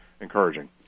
encouraging